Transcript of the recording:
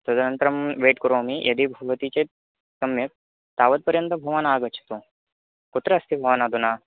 तदनन्तरं वेय्ट् करोमि यदि भवति चेत् सम्यक् तावत्पर्यन्तं भवानागच्छतु कुत्र अस्ति भवानधुना